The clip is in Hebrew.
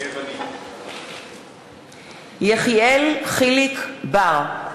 מתחייב אני יחיאל חיליק בר,